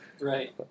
Right